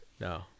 No